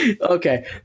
Okay